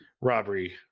robbery